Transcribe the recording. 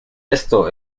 esto